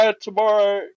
Tomorrow